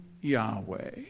Yahweh